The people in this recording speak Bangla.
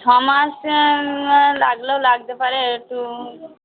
ছ মাসে লাগলেও লাগতে পারে একটু